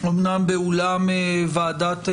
אמנם באולם ועדת חוקה,